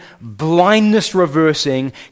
blindness-reversing